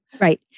Right